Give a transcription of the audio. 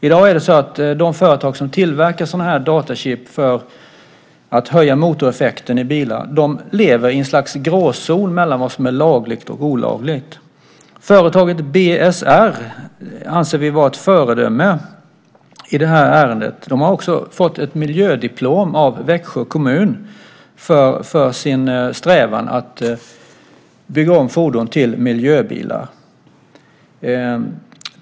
I dag är det så att de företag som tillverkar sådana här datachipp för att höja motoreffekten i bilar lever i ett slags gråzon mellan vad som är lagligt och olagligt. Företaget BSR anser vi vara ett föredöme i det här ärendet. De har också fått ett miljödiplom av Växjö kommun för sin strävan att bygga om fordon till miljöbilar.